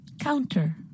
counter